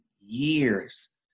years